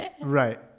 right